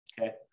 Okay